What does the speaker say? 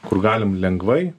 kur galim lengvai